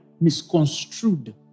misconstrued